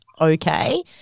okay